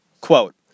Quote